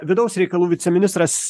vidaus reikalų viceministras